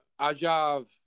Ajav